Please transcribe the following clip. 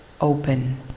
open